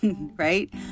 right